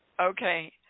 okay